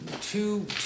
two